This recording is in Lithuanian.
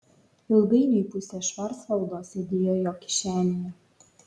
ilgainiui pusė švarcvaldo sėdėjo jo kišenėje